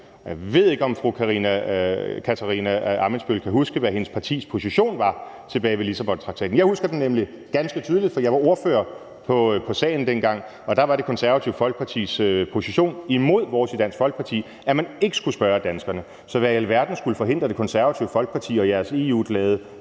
Jeg ved ikke, om fru Katarina Ammitzbøll kan huske, hvad hendes partis position var tilbage ved Lissabontraktaten. Jeg husker det nemlig ganske tydeligt, for jeg var ordfører på sagen dengang, og der var Det Konservative Folkepartis position modsat vores i Dansk Folkeparti, at man ikke skulle spørge danskerne. Så hvad i alverden skulle forhindre Det Konservative Folkeparti og jeres EU-glade